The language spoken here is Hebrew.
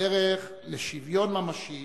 בדרך לשוויון ממשי